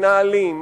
מנהלים,